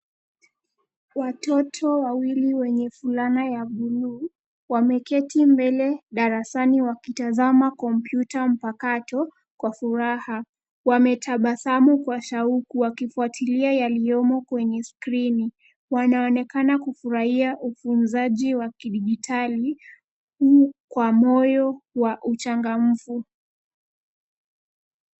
Watoto wawili wenye fulana ya buluu, wameketi mbele darasani wakitazama komputa mpakato kwa furaha. Wametabasamu kwa shauku wakifuatilia yaliyomo kwenye skrini. Wanaonekana kufurahia ufunzaji wa kijidigitali, kwa moyo wa uchangamfu.